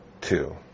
two